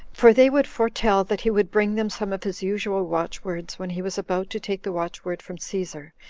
for they would foretell that he would bring them some of his usual watchwords when he was about to take the watchword from caesar,